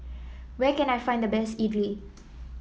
where can I find the best idly